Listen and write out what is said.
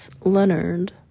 Leonard